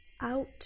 out